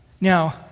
Now